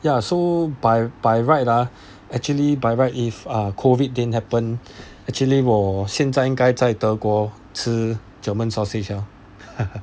ya so by by right ah actually by right if uh COVID didn't happen actually 我现在应该在德国吃 german sausage liao